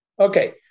Okay